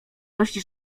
dość